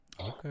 Okay